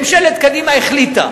ממשלת קדימה החליטה